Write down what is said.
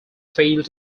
failed